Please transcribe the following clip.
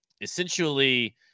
essentially